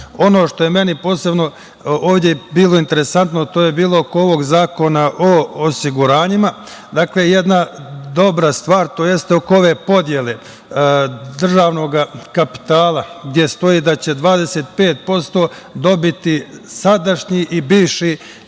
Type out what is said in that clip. što je meni ovde bilo posebno interesantno to je bilo oko ovog Zakona o osiguranjima. Dakle, jedna dobra stvar, tj. oko ove podele državnog kapitala, gde stoji da će 25% dobiti sadašnji i bivši